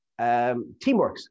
TeamWorks